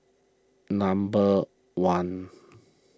number one